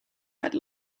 bad